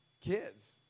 kids